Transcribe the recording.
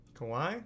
Kawhi